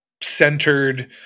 centered